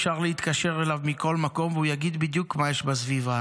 אפשר להתקשר אליו מכל מקום והוא יגיד בדיוק מה יש בסביבה